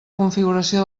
configuració